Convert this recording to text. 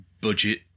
budget